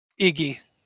Iggy